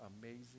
amazing